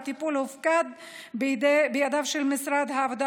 והטיפול הופקד ביד של משרד העבודה